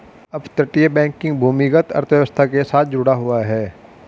अपतटीय बैंकिंग भूमिगत अर्थव्यवस्था के साथ जुड़ा हुआ है